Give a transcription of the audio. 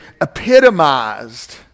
epitomized